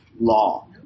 law